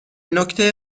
نکته